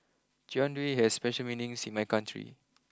Jian Dui has special meanings in my country